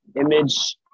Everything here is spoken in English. image